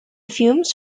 fumes